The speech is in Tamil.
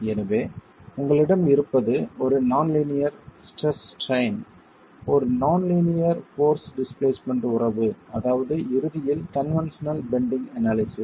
எனவே உங்களிடம் இருப்பது ஒரு நான் லீனியர் ஸ்ட்ரெஸ் ஸ்ட்ரைன் ஒரு நான் லீனியர் போர்ஸ் டிஸ்பிளேஸ்மெண்ட் உறவு அதாவது இறுதியில் கன்வென்ஷனல் பெண்டிங் அனாலிசிஸ்